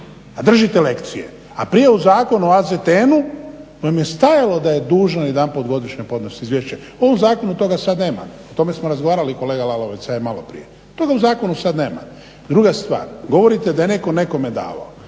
a držite lekcije. A prije u Zakonu o AZTN-u vam je stajalo da je dužno jedanput godišnje podnosi izvješće. U ovom zakonu toga sad nema. O tome smo razgovarali kolega Lalovac i ja malo prije. Toga u zakonu sad nema. Druga stvar, govorite da je netko nekome davao.